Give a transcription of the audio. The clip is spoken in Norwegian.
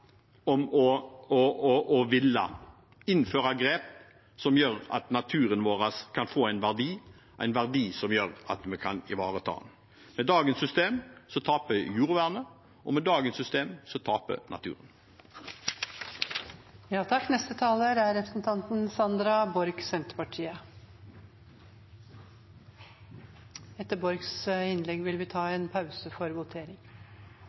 om å ville innføre grep som gjør at naturen vår kan få en verdi, en verdi som gjør at vi kan ivareta den. Med dagens system taper jordvernet, og med dagens system taper naturen. Senterpartiet er opptatt av naturmangfold, men Senterpartiet står også i en stolt tradisjon der det beste vi kan gjøre for